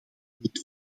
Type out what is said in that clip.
niet